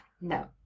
No